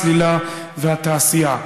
הסלילה והתעשייה.